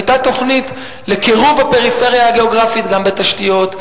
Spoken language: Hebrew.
היתה תוכנית לקירוב הפריפריה הגיאוגרפית גם בתשתיות,